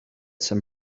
some